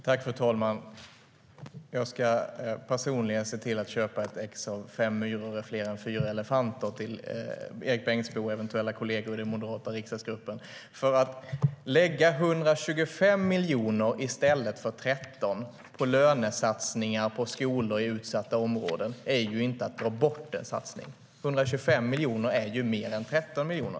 Fru talman! Jag ska personligen se till att köpa ett exemplar av Fem myror är fler än fyra elefanter Att lägga 125 miljoner i stället för 13 miljoner på lönesatsningar på skolor i utsatta områden är inte att dra bort en satsning. 125 miljoner är ju mer än 13 miljoner.